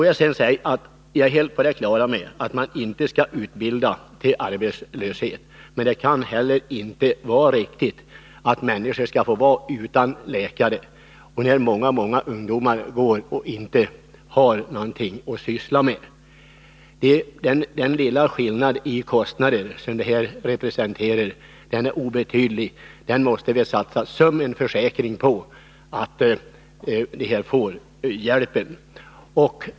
Jag är helt på det klara med att man inte skall utbilda till arbetslöshet. Men det kan inte heller vara riktigt att människor skall behöva vara utan läkare, särskilt inte när många ungdomar inte har någonting att syssla med. Den lilla skillnad i kostnader som uppkommer är obetydlig. Vi måste så att säga satsa på en försäkring så att människorna får den hjälp de behöver.